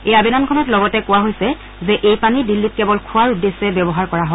এই আবেদনখনত লগতে কোৱা হৈছে যে এই পানী দিল্লীত কেৱল খোৱাৰ উদ্দেশ্যে ব্যৱহাৰ কৰা হয়